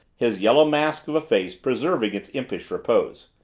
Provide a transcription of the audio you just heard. his yellow mask of a face preserving its impish repose.